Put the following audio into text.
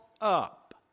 up